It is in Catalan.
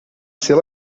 ser